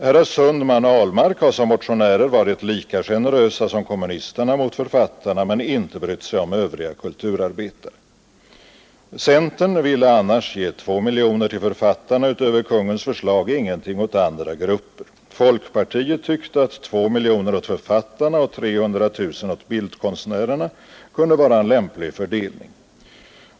Herrar Sundman och Ahlmark har som motionärer varit lika generösa som kommunisterna mot författarna men inte brytt sig om övriga kulturarbetare. Centern vill ge 2 miljoner till författarna utöver Kungl. Maj:ts förslag och ingenting åt andra grupper. Folkpartiet tyckte att 2 miljoner åt författarna och 300 000 åt bildkonstnärerna kunde vara en lämplig fördelning.